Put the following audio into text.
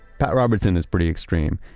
pat robertson is pretty extreme,